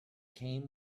came